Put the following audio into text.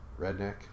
Redneck